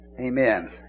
Amen